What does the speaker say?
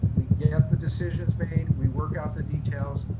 we get the decisions made. we work out the details,